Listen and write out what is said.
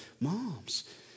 moms